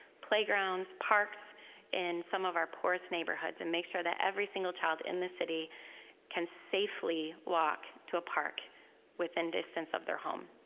playgrounds, parks in some of our poorest neighborhoods and make sure some that every single child in this city can safely walk to a park within distance of their home.